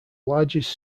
largest